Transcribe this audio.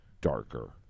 darker